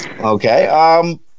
Okay